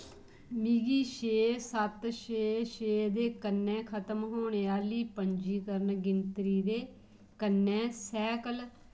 मिगी छे सत्त छे छे दे कन्नै खतम होने आह्ली पंजीकरण गिनतरी दे कन्नै सैकल